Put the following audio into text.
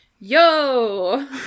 yo